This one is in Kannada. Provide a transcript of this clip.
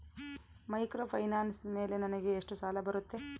ಮೈಕ್ರೋಫೈನಾನ್ಸ್ ಮೇಲೆ ನನಗೆ ಎಷ್ಟು ಸಾಲ ಬರುತ್ತೆ?